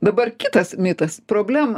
dabar kitas mitas problema